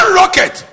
rocket